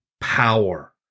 power